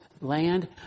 land